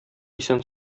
исән